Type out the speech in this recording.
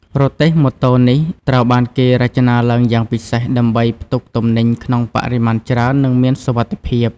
រទេះម៉ូតូនេះត្រូវបានគេរចនាឡើងយ៉ាងពិសេសដើម្បីផ្ទុកទំនិញក្នុងបរិមាណច្រើននិងមានសុវត្ថិភាព។